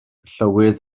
llywydd